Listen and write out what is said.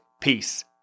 Peace